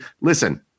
Listen